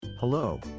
Hello